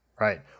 right